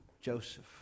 Joseph